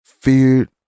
feared